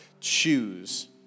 choose